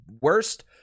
worst